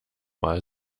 mal